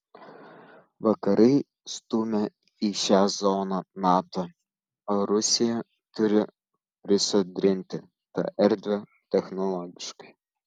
vakarai stumia į šią zoną nato o rusija turi prisodrinti tą erdvę technologiškai